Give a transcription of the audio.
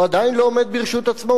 הוא עדיין לא עומד ברשות עצמו,